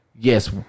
Yes